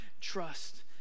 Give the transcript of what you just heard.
trust